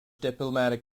diplomatic